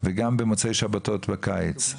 וגם במוצאי שבתות בקיץ.